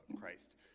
Christ